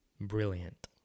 Brilliant